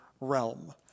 realm